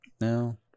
no